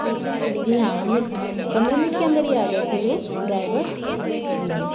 तो जी हाँ हमें पंद्रह मिनट के अंदर ही आ गए थे वो ड्राईवर जी हाँ